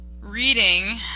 reading